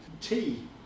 Tea